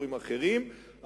לסקטורים אחרים,